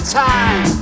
time